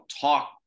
talk